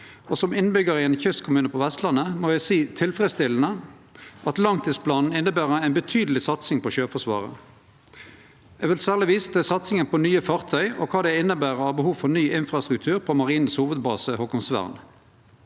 og som innbyggjar i ein kystkommune på Vestlandet må eg seie tilfredsstillande, at langtidsplanen inneber ei betydeleg satsing på Sjøforsvaret. Eg vil særleg vise til satsinga på nye fartøy og kva det inneber av behov for ny infrastruktur på Marinens hovudbase Håkonsvern.